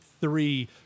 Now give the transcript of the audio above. three